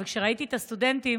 אבל כשראיתי את הסטודנטים